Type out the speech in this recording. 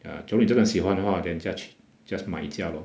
ah 你真的喜欢的话 then just 去 just 买一架 lor